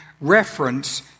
reference